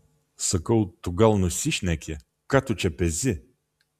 sakau tu gal nusišneki ką tu čia pezi